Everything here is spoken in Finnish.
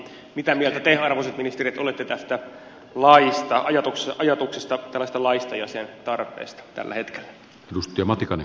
mitä mieltä te arvoisat ministerit olette tästä laista ajatuksista tällaisesta laista ja sen tarpeesta tällä hetkellä